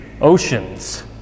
oceans